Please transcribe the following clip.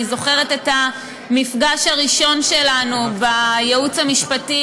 אני זוכרת את המפגש הראשון שלנו בייעוץ המשפטי